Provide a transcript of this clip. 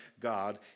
God